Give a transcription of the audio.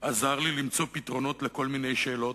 עזר לי למצוא פתרונות לכל מיני שאלות,